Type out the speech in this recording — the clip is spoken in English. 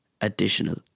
additional